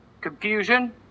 Confusion